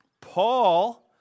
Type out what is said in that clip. Paul